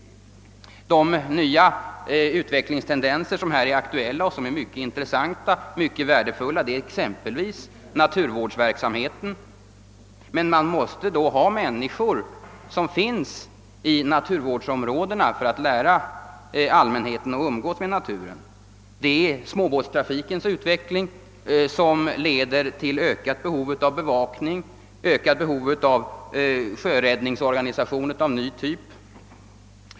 De nya utvecklingstendenser som här är aktuella är mycket intressanta och värdefulla. Vi har exempelvis naturvårdsverksamheten. Det måste emellertid finnas människor i naturvårdsområdena för att lära allmänheten att umgås med naturen. Småbåtstrafikens utveckling leder till ökat behov av bevakningsoch sjöräddningsorganisationer av ny typ.